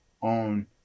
on